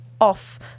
off